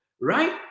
right